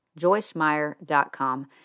JoyceMeyer.com